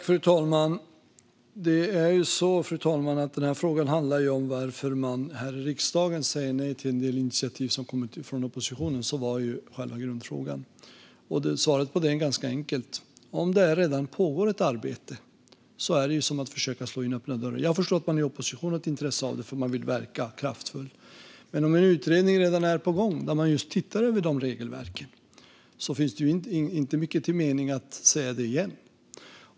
Fru talman! Frågan handlar ju om varför man här i riksdagen säger nej till en del initiativ som kommit från oppositionen. Det var själva grundfrågan. Svaret är ganska enkelt: Om det redan pågår ett arbete är det som att försöka slå in öppna dörrar. Jag förstår att man har ett intresse av detta i oppositionen därför att man vill verka kraftfull. Men om en utredning som tittar över just dessa regelverk redan är på gång finns det ju inte mycket till mening med att säga det igen.